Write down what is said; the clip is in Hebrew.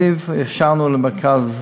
זיו, אישרנו לו מרכז הקרנות.